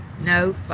No